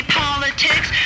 politics